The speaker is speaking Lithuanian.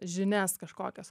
žinias kažkokias